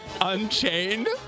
Unchained